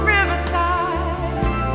Riverside